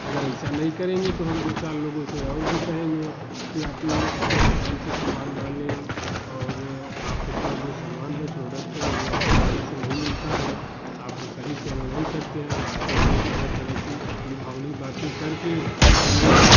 अगर ऐसा नहीं करेंगे तो हम हम दो चार लोगों से और भी कहेंगे की आप ये की दुकान से समान न ले और आपका जो समान है प्रोडक्ट है वो अच्छी तरह से नहीं मिलता है आप सही सेल नहीं करते हैं अगर आपको कोई तरह तरह की लुभावनी बातें कर के उन्हें